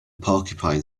porcupine